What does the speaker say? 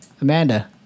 Amanda